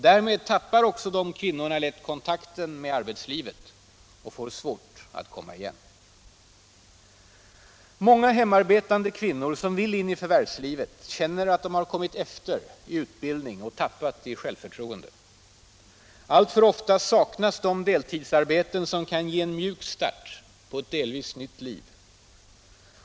Därmed tappar också de kvinnorna lätt kontakten med arbetslivet och får svårt att komma igen. Många hemarbetande kvinnor som vill in i förvärvslivet känner att de kommit efter i utbildning och tappat i självförtroende. Alltför ofta saknas de deltidsarbeten som kan ge en mjuk start på ett delvis nytt liv.